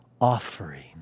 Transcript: offering